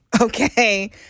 Okay